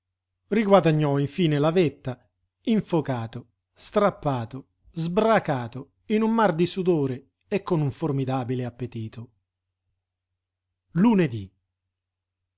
sporcaccione riguadagnò infine la vetta infocato strappato sbracato in un mar di sudore e con un formidabile appetito lunedí